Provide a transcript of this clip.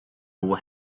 nhw